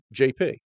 JP